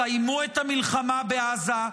סיימו את המלחמה בעזה,